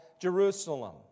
Jerusalem